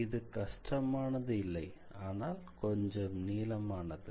இது கஷ்டமானது இல்லை ஆனால் கொஞ்சம் நீளமானது